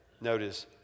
Notice